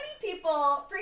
people